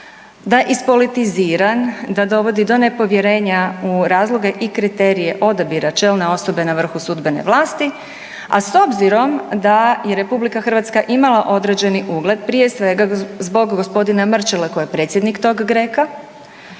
da je ispolitiziran, da dovodi do nepovjerenja u razloge i kriterije odabira čelne osobe na vrhu sudbene vlasti, a s obzirom da je RH imala određeni ugled prije svega zbog gospodina Mrčele koji je predsjednik tog GRECA,